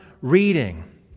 reading